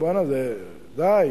ואוצ'רים